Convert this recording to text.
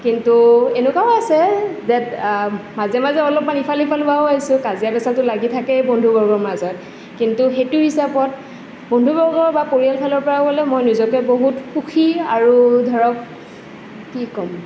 কিন্তু এনেকুৱাও আছে যে মাজে মাজে অলপমান ইফাল সিফাল হোৱাও হইছোঁ কাজিয়া পেছালতো লাগি থাকেই বন্ধুবৰ্গৰ মাজত কিন্তু সেইটো হিচাপত বন্ধুবৰ্গৰ বা পৰিয়ালফালৰ পৰাও হ'লে মই নিজকে বহুত সুখী আৰু ধৰক কি ক'ম